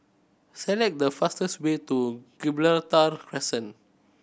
select the fastest way to Gibraltar Crescent